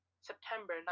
september